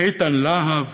איתן להב,